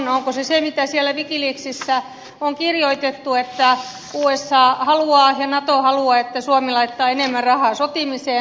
onko se se mitä siellä wikileaksissä on kirjoitettu että usa haluaa ja nato haluaa että suomi laittaa enemmän rahaa sotimiseen